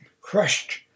crushed